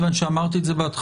כיוון שאמרתי את זה בהתחלה,